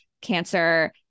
cancer